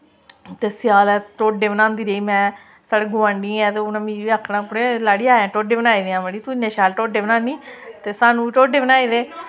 ते स्यालै ढोडे बनांदी रेही में साढ़े गोआंढियें ते उ'नें मिगी बी आक्खना कुड़े लाड़ी आयां ढोडे बनाई देआ मड़ी तूं इन्ने शैल ढोडे बनान्नी ते सानू बी ढोडे बनाई दे